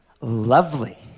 lovely